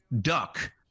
duck